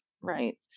right